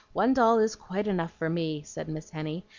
one doll is quite enough for me, said miss henny,